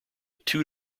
two